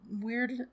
weird